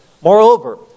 Moreover